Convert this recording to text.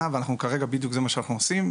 ואנחנו כרגע בדיוק עובדים על זה וזה מה שאנחנו עושים.